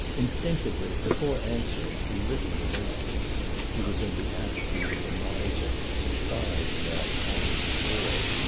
instinctively, before answering, he listened an instant he was in the attitude of a miser surprised while counting his hoard.